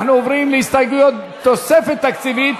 אנחנו עוברים להסתייגויות בדבר תוספת תקציבית